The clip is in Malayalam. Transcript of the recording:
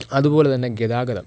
അതുപോലെതന്നെ ഗതാഗതം